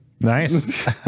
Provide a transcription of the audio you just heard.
Nice